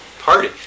party